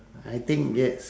I think yes